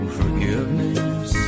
forgiveness